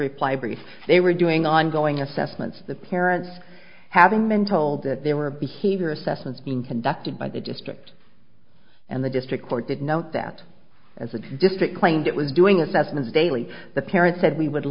reply brief they were doing ongoing assessments the parents having been told that there were behavior assessments being conducted by the district and the district court did note that as with district claimed it was doing assessments daily the parents said we would